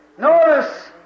Notice